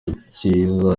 mukiza